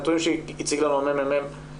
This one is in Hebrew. נתונים שהציג לנו הממ"מ,